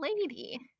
lady